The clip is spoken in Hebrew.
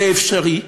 זה אפשרי,